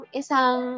isang